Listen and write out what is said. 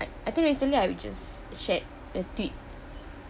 I think recently I just shared a tweet